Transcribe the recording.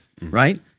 right